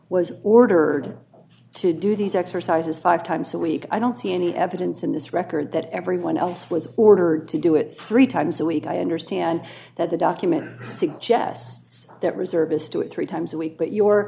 was ordered to do these exercises five times a week i don't see any evidence in this record that everyone else was ordered to do it three times a week i understand that the document suggests that reservists do it three times a week but your